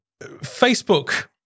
Facebook